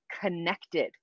connected